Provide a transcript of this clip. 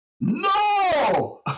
No